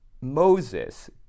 Moses